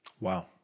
Wow